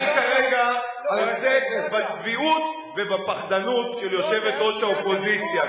אני כרגע עוסק בצביעות ובפחדנות של יושבת-ראש האופוזיציה.